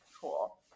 cool